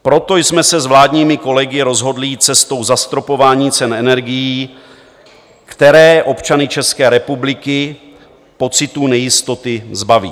Proto jsme se s vládními kolegy rozhodli jít cestou zastropování cen energií, které občany České republiky pocitů nejistoty zbaví.